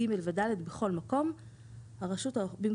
(ג) ו-(ד) במקום "הרשות